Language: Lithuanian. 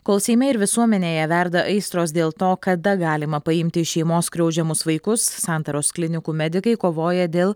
kol seime ir visuomenėje verda aistros dėl to kada galima paimti iš šeimos skriaudžiamus vaikus santaros klinikų medikai kovoja dėl